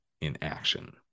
inaction